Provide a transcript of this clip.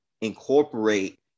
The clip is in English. incorporate